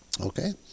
okay